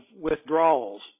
withdrawals